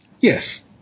Yes